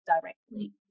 directly